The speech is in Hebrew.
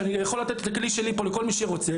ואני יכול לתת את הכלי שלי פה לכל מי שרוצה,